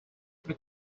tre